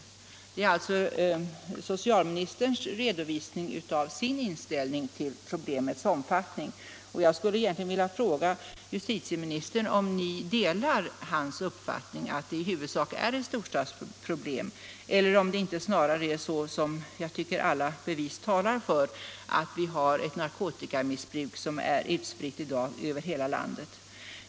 Detta var alltså socialministerns redovisning av sin inställning till problemets omfattning. Jag vill nu fråga om justitieministern delar statsrådets Asplings uppfattning att narkotikamissbruket huvudsakligen är ett storstadsproblem, eller om det inte snarare är så att allt talar för att vi har ett narkotikamissbruk som i dag är utspritt över hela landet.